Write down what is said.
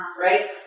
Right